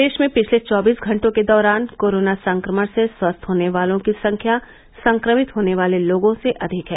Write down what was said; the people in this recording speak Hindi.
प्रदेश में पिछले चौबीस घटों के दौरान कोरोना संक्रमण से स्वस्थ होने वालों की संख्या संक्रमित होने वाले लोगों से अधिक है